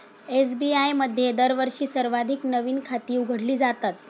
SBI मध्ये दरवर्षी सर्वाधिक नवीन खाती उघडली जातात